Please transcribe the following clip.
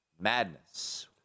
madness